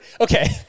okay